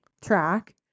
track